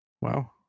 Wow